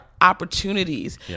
opportunities